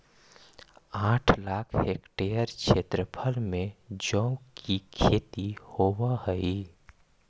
आठ लाख हेक्टेयर क्षेत्रफल में जौ की खेती होव हई